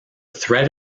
threat